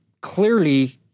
clearly